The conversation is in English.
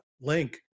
Link